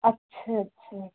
अच्छा अच्छा